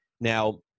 now